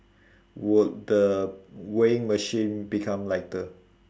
would the weighing machine become lighter